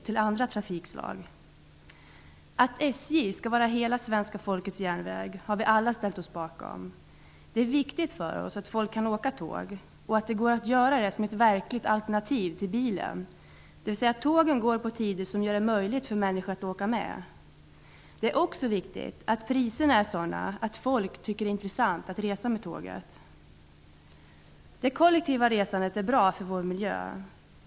Vi har alla ställt oss bakom att SJ skall vara hela svenska folkets järnväg. Det är viktigt för oss att kunna åka tåg och att tåget är ett verkligt alternativ till bilen. Tågen måste gå på tider som gör det möjligt för människor att åka med. Det är också viktigt att priserna är sådana, att folk tycker att det är intressant att resa med tåget. Det kollektiva resandet är bra för vår miljö.